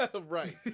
Right